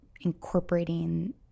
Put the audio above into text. incorporating